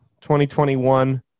2021